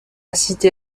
cité